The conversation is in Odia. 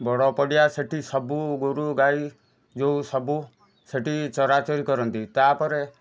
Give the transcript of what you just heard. ବଡ଼ ପଡ଼ିଆ ସେଠି ସବୁ ଗୋରୁ ଗାଈ ଯେଉଁ ସବୁ ସେଠି ଚରାଚରି କରନ୍ତି ତା ପରେ